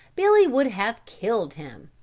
billy would have killed him.